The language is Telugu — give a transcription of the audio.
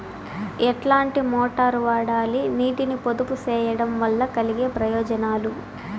ఎట్లాంటి మోటారు వాడాలి, నీటిని పొదుపు సేయడం వల్ల కలిగే ప్రయోజనాలు?